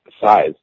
size